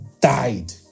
died